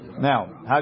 Now